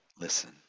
listen